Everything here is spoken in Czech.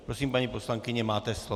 Prosím, paní poslankyně, máte slovo.